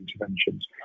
interventions